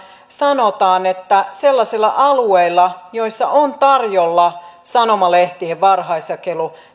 sanotaan että sellaisilla alueilla joissa on tarjolla sanomalehtien varhaisjakelu